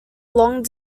long